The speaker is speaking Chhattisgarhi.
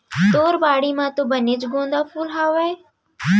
तोर बाड़ी म तो बनेच गोंदा फूल हावय